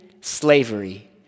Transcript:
slavery